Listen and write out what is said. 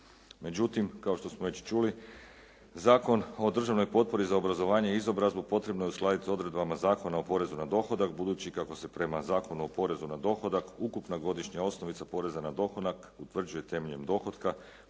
Međutim, kao što smo već čuli Zakon o državnoj potpori za obrazovanje i izobrazbu potrebno je uskladiti odredbama Zakona o porezu na dohodak budući kako se prema Zakonu o porezu na dohodak ukupna godišnja osnovica poreza na dohodak utvrđuje temeljem dohotka